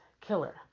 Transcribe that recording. killer